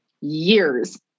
years